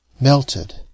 melted